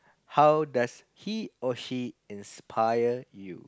how does he or she inspire you